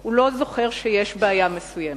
הוא לא זוכר שיש בעיה מסוימת.